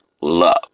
love